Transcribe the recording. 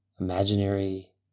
imaginary